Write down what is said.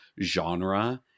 genre